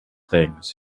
things